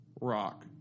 rock